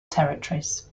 territories